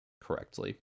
correctly